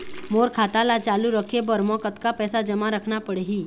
मोर खाता ला चालू रखे बर म कतका पैसा जमा रखना पड़ही?